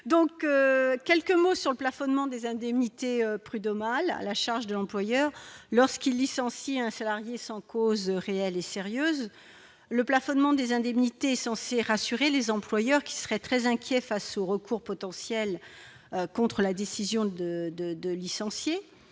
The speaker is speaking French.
donc, quelques mots sur le plafonnement des indemnités. Des prud'homales, la charge de l'employeur lorsqu'il licencier un salarié sans cause réelle et sérieuse, le plafonnement des indemnités censées rassurer les employeurs qui serait très inquiets face au recours potentiel contre la décision de, de,